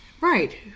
Right